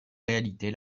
réalité